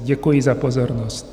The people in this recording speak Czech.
Děkuji za pozornost.